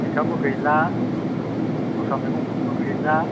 मैथाबो गैला दस्रा मैगंफ्राबो गैला